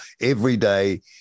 everyday